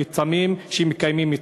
כצמים שמקיימים מצווה.